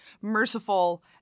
merciful